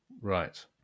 Right